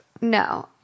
no